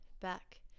back